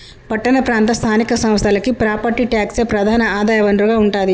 పట్టణ ప్రాంత స్థానిక సంస్థలకి ప్రాపర్టీ ట్యాక్సే ప్రధాన ఆదాయ వనరుగా ఉంటాది